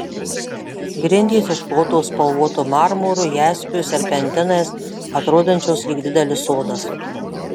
grindys išklotos spalvotu marmuru jaspiu serpentinais atrodančios lyg didelis sodas